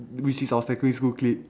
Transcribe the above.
which is our secondary school clique